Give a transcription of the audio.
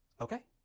okay